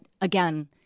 again